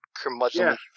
curmudgeonly